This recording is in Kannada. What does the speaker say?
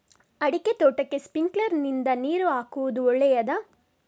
ಅಡಿಕೆ ತೋಟಕ್ಕೆ ಸ್ಪ್ರಿಂಕ್ಲರ್ ನಿಂದ ನೀರು ಹಾಕುವುದು ಒಳ್ಳೆಯದ?